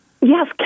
Yes